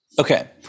Okay